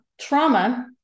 Trauma